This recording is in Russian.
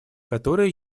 которые